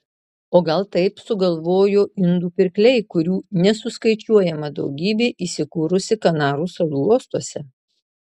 o gal taip sugalvojo indų pirkliai kurių nesuskaičiuojama daugybė įsikūrusi kanarų salų uostuose